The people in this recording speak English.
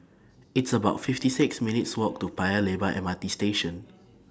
It's about fifty six minutes' Walk to Paya Lebar M R T Station